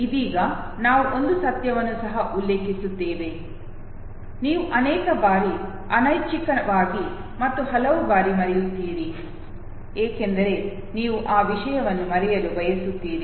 ಇದೀಗ ನಾವು ಒಂದು ಸತ್ಯವನ್ನು ಸಹ ಉಲ್ಲೇಖಿಸುತ್ತೇವೆ ನೀವು ಅನೇಕ ಬಾರಿ ಅನೈಚ್ಛಿಕವಾಗಿ ಮತ್ತು ಹಲವು ಬಾರಿ ಮರೆಯುತ್ತೀರಿ ಏಕೆಂದರೆ ನೀವು ಆ ವಿಷಯವನ್ನು ಮರೆಯಲು ಬಯಸುತ್ತೀರಿ